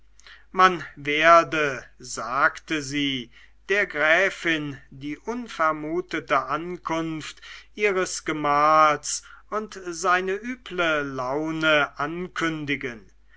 man werde sagte sie der gräfin die unvermutete ankunft ihres gemahls und seine üble laune ankündigen